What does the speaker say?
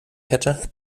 hätte